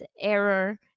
error